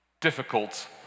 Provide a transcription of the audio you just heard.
difficult